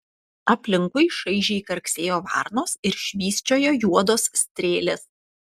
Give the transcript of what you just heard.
aplinkui šaižiai karksėjo varnos ir švysčiojo juodos strėlės